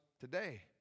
today